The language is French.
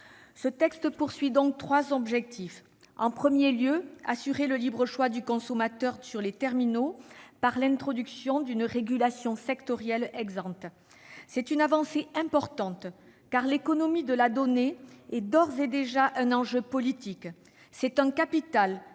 Ce texte vise trois objectifs. Il vise, en premier lieu, à assurer le libre choix du consommateur sur les terminaux par l'introduction d'une régulation sectorielle. C'est une avancée importante, car l'économie de la donnée est d'ores et déjà un enjeu politique. C'est un capital pour nos